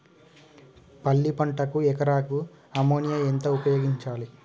పల్లి పంటకు ఎకరాకు అమోనియా ఎంత ఉపయోగించాలి?